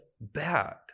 bad